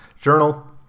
journal